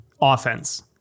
offense